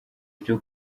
byo